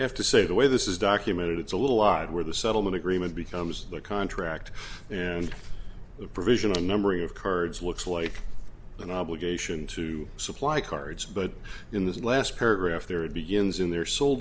have to say the way this is documented it's a little odd where the settlement agreement becomes the contract and the provision of memory of cards looks like an obligation to supply cards but in this last paragraph there it begins in their sole